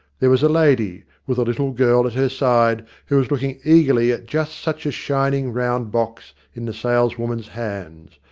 there was a lady with a little girl at her side who was looking eagerly at just such a shining, round box in the saleswoman's hands,